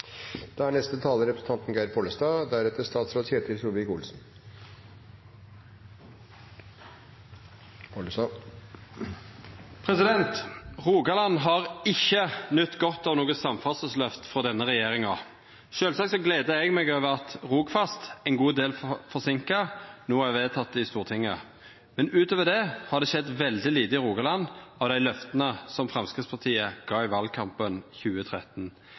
da er jeg glad for at akkurat denne saken får et lykkelig utfall. Rogaland har ikkje nytt godt av noko samferdselsløft frå denne regjeringa. Sjølvsagt gler eg meg over at Rogfast, ein god del forseinka, no er vedteke i Stortinget, men utover det har det skjedd veldig lite i Rogaland av dei løfta som Framstegspartiet gav i valkampen 2013.